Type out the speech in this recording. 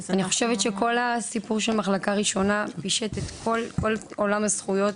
אני חושבת שכל הסיפור של מחלקה ראשונה פישט את כל עולם הזכויות